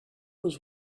was